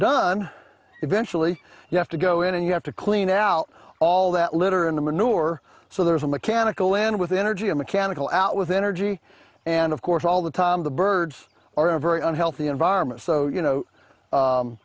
done eventually you have to go in and you have to clean out all that litter in the manure so there's a mechanical and with energy a mechanical out with energy and of course all the time the birds are a very unhealthy environment so you know